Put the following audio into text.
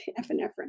epinephrine